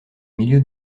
milieu